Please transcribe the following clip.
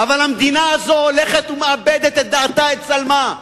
אבל המדינה הזאת הולכת ומאבדת את דעתה, את צלמה.